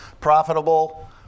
profitable